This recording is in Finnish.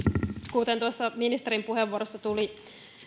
kuten tuossa ministerin puheenvuorossa tuli